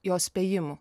jos spėjimų